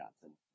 Johnson